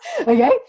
Okay